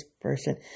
person